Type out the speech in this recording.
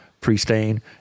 pre-stain